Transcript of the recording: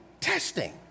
testing